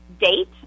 date